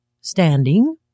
standing